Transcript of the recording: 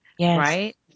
Right